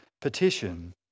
petition